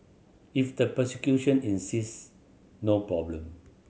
if the prosecution insist no problem